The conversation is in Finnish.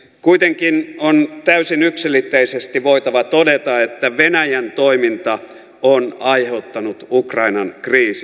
kuitenkin on täysin yksiselitteisesti voitava todeta että venäjän toiminta on aiheuttanut ukrainan kriisin